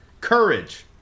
Courage